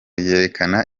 yerekana